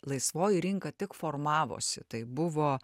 laisvoji rinka tik formavosi tai buvo